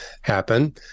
happen